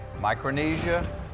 Micronesia